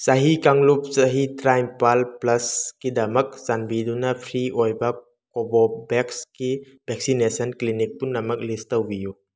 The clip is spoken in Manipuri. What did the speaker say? ꯆꯍꯤ ꯀꯥꯡꯂꯨꯞ ꯆꯍꯤ ꯇꯔꯥ ꯅꯤꯄꯥꯟ ꯄ꯭ꯂꯁ ꯀꯤꯗꯃꯛ ꯆꯥꯟꯕꯤꯗꯨꯅ ꯐ꯭ꯔꯤ ꯑꯣꯏꯕ ꯀꯣꯕꯣꯚꯦꯁꯀꯤ ꯕꯦꯛꯁꯤꯅꯦꯁꯟ ꯀ꯭ꯂꯤꯅꯤꯛ ꯄꯨꯝꯅꯃꯛ ꯂꯤꯁ ꯇꯧꯕꯤꯌꯨ